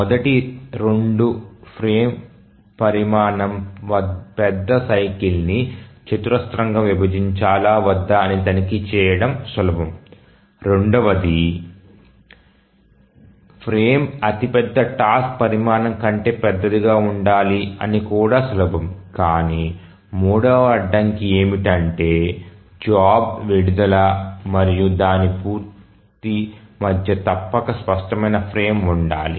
మొదటి రెండు ఫ్రేమ్ పరిమాణం పెద్ద సైకిల్ ని చతురస్రంగా విభజించాలా వద్దా అని తనిఖీ చేయడం సులభం రెండవది ఫ్రేమ్ అతి పెద్ద టాస్క్ పరిమాణం కంటే పెద్దదిగా ఉండాలి అని కూడా సులభం కానీ మూడవ అడ్డంకి ఏమిటంటే జాబ్ విడుదల మరియు దాని పూర్తి మధ్య తప్పక స్పష్టమైన ఫ్రేమ్ ఉండాలి